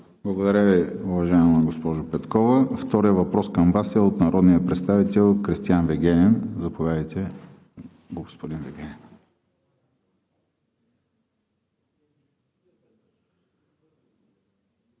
Благодаря Ви, уважаема госпожо Петкова. Вторият въпрос към Вас е от народния представител Кристиан Вигенин. Заповядайте, господин Вигенин.